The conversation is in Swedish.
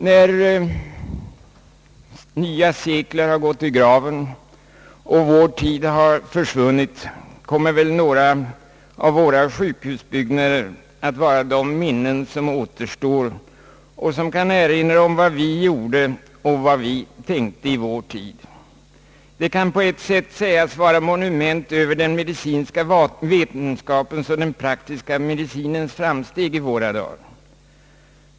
När några sekler har gått i graven och vår tid har försvunnit, kommer väl några av våra sjukhusbyggnader att vara ibland de minnen som återstår och som kan erinra om vad vi gjorde och vad vi tänkte i vår tid. De kan på ett sätt sägas vara monument över den medicinska vetenskapens och den praktiska medicinens framsteg i våra dagar.